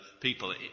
people